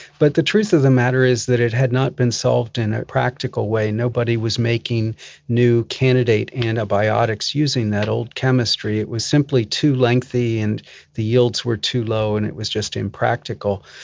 but the truth of the matter is that it had not been solved in a practical way. nobody was making new candidate antibiotics using that old chemistry. it was simply too lengthy and the yields were too low and it was just impractical.